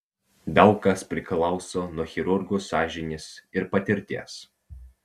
daug kas priklauso nuo chirurgo sąžinės ir patirties